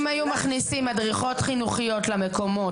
אם היו מכניסים מדריכות חינוכיות למקומות,